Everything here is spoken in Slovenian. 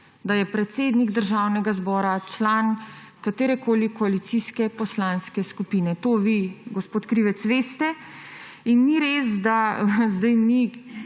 da je predsednik Državnega zbora član katerekoli koalicijske poslanske skupine. To vi, gospod Krivec, veste in ni res, da zdaj mi,